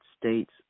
States